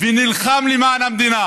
ונלחם למען המדינה